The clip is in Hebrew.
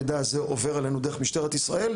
המידע הזה עובר אלינו דרך משטרת ישראל,